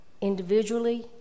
individually